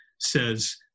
Says